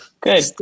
good